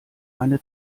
eine